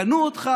קנו אותך.